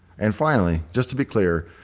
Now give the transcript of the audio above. and finally, just to be clear,